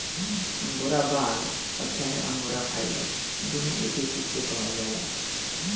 angora बाल आ चाहे अंगोरा फाइबर दुनो एके चीज के कहल जाला